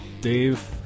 Dave